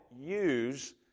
use